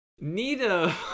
nita